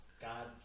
God